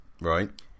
Right